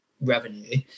revenue